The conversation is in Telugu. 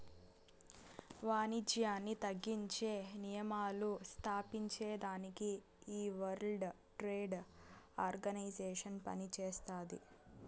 వానిజ్యాన్ని తగ్గించే నియమాలు స్తాపించేదానికి ఈ వరల్డ్ ట్రేడ్ ఆర్గనైజేషన్ పనిచేస్తాది